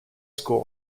school